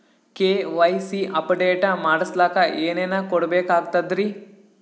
KYC update ಮಾಡಸ್ಲಕ ಏನೇನ ಕೊಡಬೇಕಾಗ್ತದ್ರಿ?